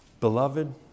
Beloved